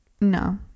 no